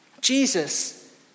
Jesus